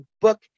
book